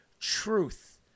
truth